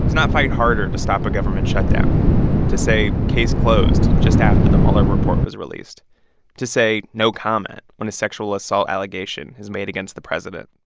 not fight harder to stop a government shutdown to say, case closed, just after the mueller report was released to say, no comment, when a sexual assault allegation is made against the president.